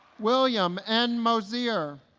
william n. mosier